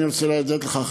אני רוצה להודות לך,